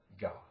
God